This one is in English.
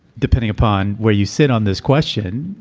depending upon where you sit on this question,